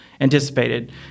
anticipated